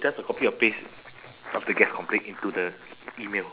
just a copy and paste of the guest complain into the email